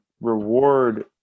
reward